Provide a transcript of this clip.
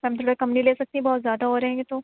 میم تھوڑا کم نہیں لے سکتی بہت زیادہ ہو رہے ہیں یہ تو